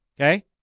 Okay